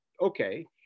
Okay